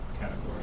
category